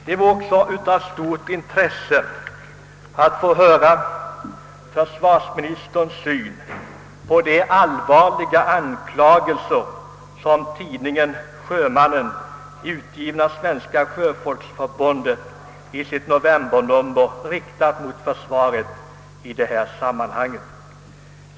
Det vore också av stort värde att få höra hur försvarsministern ser på de allvarliga anklagelser som = tidningen »Sjömannen», utgiven av Svenska Sjöfolksförbundet, i sitt novembernummer riktat mot de militära myndigheterna i detta sammanhang.